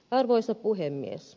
arvoisa puhemies